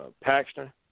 Paxton